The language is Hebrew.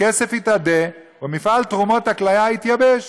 הכסף התאדה ומפעל תרומות הכליה התייבש".